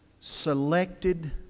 selected